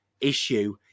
issue